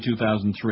2003